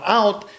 out